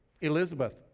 Elizabeth